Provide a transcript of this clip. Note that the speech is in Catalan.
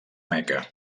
meca